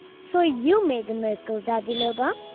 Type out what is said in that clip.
so you made the miracle, dadhilobha?